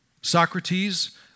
Socrates